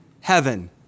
heaven